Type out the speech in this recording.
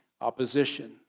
opposition